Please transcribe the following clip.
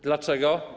Dlaczego?